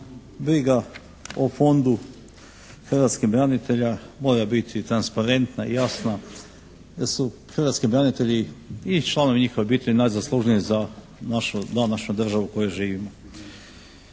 briga o Fondu hrvatskih branitelja mora biti transparentna i jasna jer su hrvatski branitelji i članovi njihovih obitelji najzaslužniji za našu današnju državu u kojoj živimo.